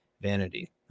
vanity